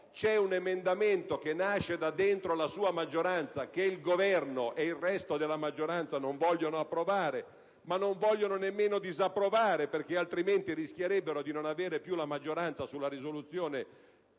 ‑ un emendamento, che nasce all'interno della sua maggioranza, che il Governo e il resto della maggioranza non vogliono approvare, ma non vogliono nemmeno disapprovare, perché altrimenti rischierebbero di non avere più la maggioranza sulla risoluzione